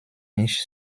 mich